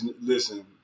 Listen